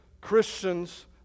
Christians